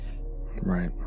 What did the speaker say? Right